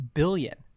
billion